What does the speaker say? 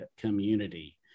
community